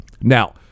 now